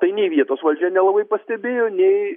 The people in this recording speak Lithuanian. tai nei vietos valdžia nelabai pastebėjo nei